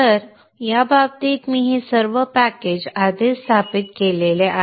तर माझ्या बाबतीत मी हे सर्व पॅकेज आधीच स्थापित केले आहेत